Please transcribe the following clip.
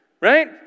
Right